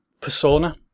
persona